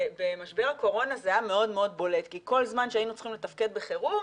במשבר הקורונה זה היה מאוד בולט כי כל זמן שהיינו צריכים לתפקד בחירום,